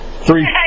Three